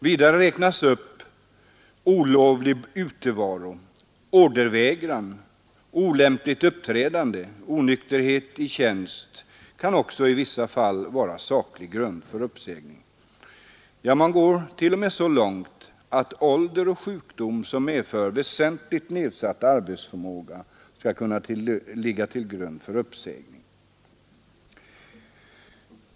Vidare räknas upp olovlig utevaro, ordervägran, olämpligt uppträdande — onykterhet i tjänst kan också i vissa fall vara saklig grund för uppsägning. Man går till och med så långt att ålder och sjukdom, som medför väsentligt nedsatt arbetsförmåga, skall kunna ligga till grund för uppsägning.